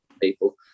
people